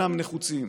שאינם נחוצים,